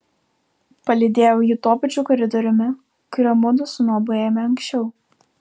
palydėjau jį tuo pačiu koridoriumi kuriuo mudu su nobu ėjome anksčiau